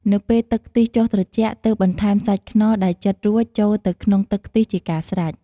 នៅពេលទឹកខ្ទិះចុះត្រជាក់ទើបបន្ថែមសាច់ខ្នុរដែលចិតរួចចូលទៅក្នុងទឹកខ្ទិះជាការស្រេច។